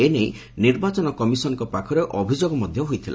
ଏନେଇ ନିର୍ବାଚନ କମିଶନ୍ଙ୍କ ପାଖରେ ଅଭିଯୋଗ ମଧ୍ୟ ହୋଇଥିଲା